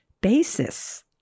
basis